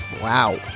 Wow